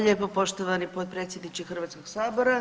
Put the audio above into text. lijepo poštovani potpredsjedniče Hrvatskog sabora.